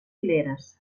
fileres